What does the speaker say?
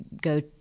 go